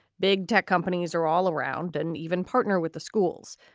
big tech companies are all around. and even partner with the schools.